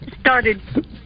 started